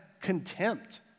contempt